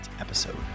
episode